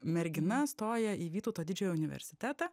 mergina stoja į vytauto didžiojo universitetą